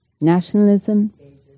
Nationalism